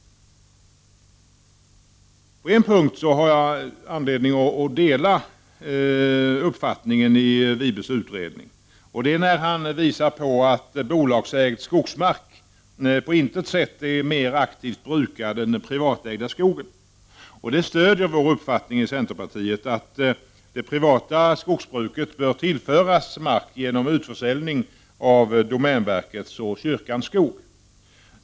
På en punkt har jag anledning att dela uppfattningen i Wibes utredning, och det är när han visar på att bolagsägd skogsmark på intet sätt är mer aktivt brukad än den privatägda skogen. Det stöder vår uppfattning i centerpartiet att det privata skogsbruket bör tillföras mark genom utförsäljning av domänverkets och kyrkans skog.